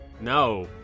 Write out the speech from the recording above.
No